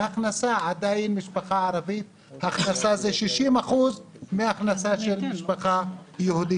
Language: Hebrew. משפחה ערבית עדיין הכנסתה היא 60% מהכנסה של משפחה יהודית.